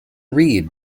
read